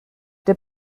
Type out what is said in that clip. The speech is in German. der